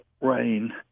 rain